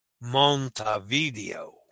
Montevideo